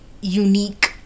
unique